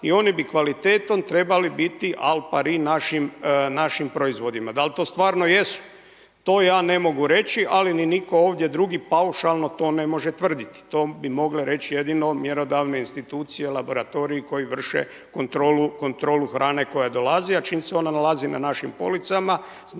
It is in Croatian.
i oni bi kvalitetom trebali biti al pari našim proizvodima. Da li to stvarno jesu? To ja ne mogu reći, ali ni nitko ovdje drugi paušalno ne može tvrditi. To bi mogle reći jedino mjerodavne institucije, laboratoriji koji vrše kontrolu hrane koja dolazi, ali čim se ona nalazi na našim policama